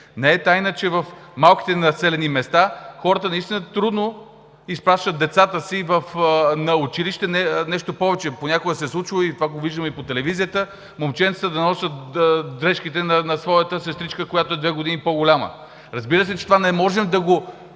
Не е тайна, че в малките населени места хората наистина трудно изпращат децата си на училище. Нещо повече, понякога се е случвало, и това го виждаме и по телевизията – момченце да носи дрешките на своята сестричка, която е с две години по-голяма. Разбира се, че това не можем да го